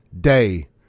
day